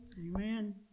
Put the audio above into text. Amen